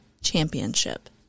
Championship